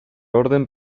orden